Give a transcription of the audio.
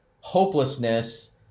hopelessness